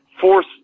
force